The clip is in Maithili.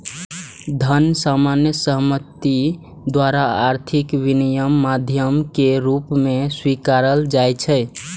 धन सामान्य सहमति द्वारा आर्थिक विनिमयक माध्यम के रूप मे स्वीकारल जाइ छै